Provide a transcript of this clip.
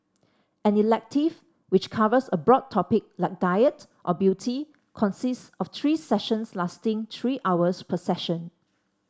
an elective which covers a broad topic like diet or beauty consists of three sessions lasting three hours per session